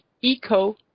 eco